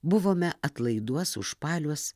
buvome atlaiduos užpaliuos